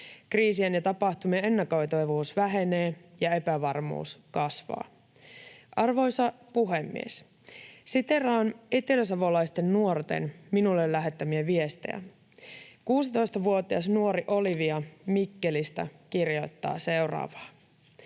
Kriisien ja tapahtumien ennakoitavuus vähenee ja epävarmuus kasvaa. Arvoisa puhemies! Siteeraan eteläsavolaisten nuorten minulle lähettämiä viestejä. 16-vuotias nuori Olivia Mikkelistä kirjoittaa seuraavaa: